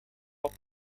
pop